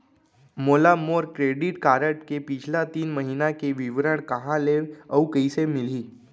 मोला मोर credit card के पिछला तीन महीना के विवरण कहाँ ले अऊ कइसे मिलही?